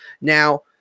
Now